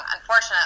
Unfortunately